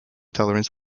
tolerance